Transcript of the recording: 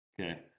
Okay